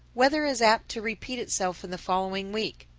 weather is apt to repeat itself in the following week,